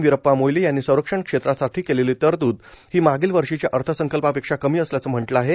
विरप्पा मोइली यांनी संरक्षण क्षेत्रासाठी केलेली तरतूद ही मागील वर्षीच्या अर्थसंकल्पापेक्षा कमी असल्याचं म्हटलं आहे